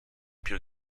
più